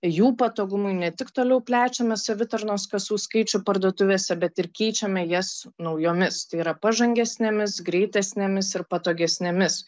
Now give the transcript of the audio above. jų patogumui ne tik toliau plečiame savitarnos kasų skaičių parduotuvėse bet ir keičiame jas naujomis tai yra pažangesnėmis greitesnėmis ir patogesnėmis